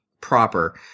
proper